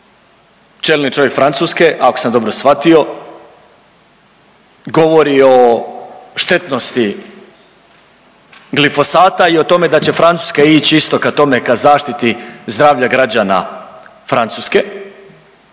čelni čovjek Francuske ako sam dobro shvatio govori o štetnosti glifosata i o tome da će Francuska ić isto ka tome ka zaštiti zdravlja građana Francuske.